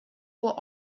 were